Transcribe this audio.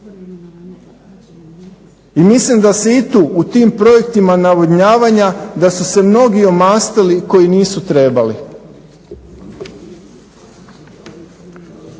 I mislim da se i tu, u tim projektima navodnjavanja, da su se mnogi omastili koji nisu trebali.